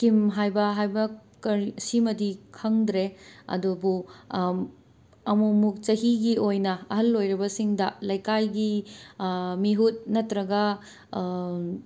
scheme ꯍꯥꯏꯕ ꯍꯥꯏꯕ ꯀꯔꯤ ꯁꯤꯃꯗꯤ ꯈꯪꯗ꯭ꯔꯦ ꯑꯗꯨꯕꯨ ꯑꯃꯨꯛ ꯑꯃꯨꯛ ꯆꯍꯤꯒꯤ ꯑꯣꯏꯅ ꯑꯍꯜ ꯑꯣꯏꯔꯕꯁꯤꯡꯗ ꯂꯩꯀꯥꯏꯒꯤ ꯃꯤꯍꯨꯠ ꯅꯠꯇ꯭ꯔꯒ